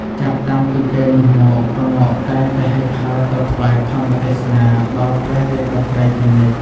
ចាប់តាំងពីពេលនោះមក ក្ងោកតែងតែហិចហើរទៅថ្វាយធម្មទេសនាដល់ព្រះរាជបុត្រីជានិច្ច ។